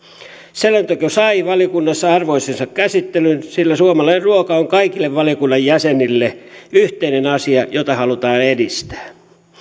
selonteko sai valiokunnassa arvoisensa käsittelyn sillä suomalainen ruoka on kaikille valiokunnan jäsenille yhteinen asia jota halutaan edistää